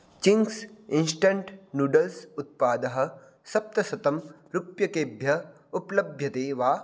Ching's instant noodles उत्पादः सप्तशतं रूप्यकेभ्यः उपलभ्यते वा